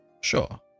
Sure